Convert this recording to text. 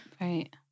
Right